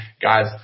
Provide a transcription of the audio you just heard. Guys